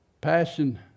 Passion